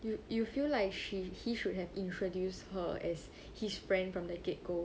you you feel like she he should have introduced her as his friend from the get go